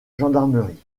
gendarmerie